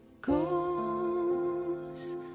goes